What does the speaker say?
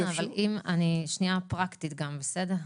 כן, אבל אני שנייה פרקטית גם, בסדר?